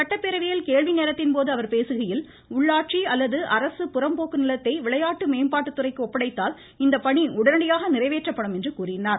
சட்டப்பேரவையில் கேள்வி நேரத்தின்போது அவர் பேசுகையில் உள்ளாட்சி அல்லது அரசு புறம்போக்கு நிலத்தை விளையாட்டு மேம்பாட்டுத்துறைக்கு ஒப்படைத்தால் இப்பணி உடனடியாக நிறைவேற்றப்படும் என்றார்